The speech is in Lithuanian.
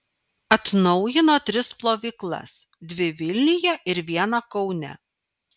atnaujino tris plovyklas dvi vilniuje ir vieną kaune